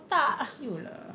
[siol] lah